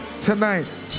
tonight